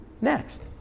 next